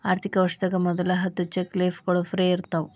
ಆರ್ಥಿಕ ವರ್ಷದಾಗ ಮೊದಲ ಹತ್ತ ಚೆಕ್ ಲೇಫ್ಗಳು ಫ್ರೇ ಇರ್ತಾವ